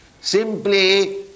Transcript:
simply